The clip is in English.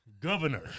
Governor